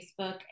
Facebook